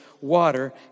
Water